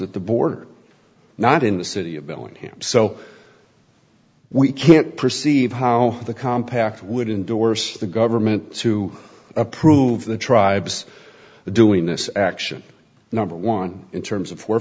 at the border not in the city of bellingham so we can't perceive how the compact would indorse the government to approve the tribes doing this action number one in terms of